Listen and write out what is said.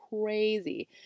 crazy